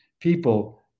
people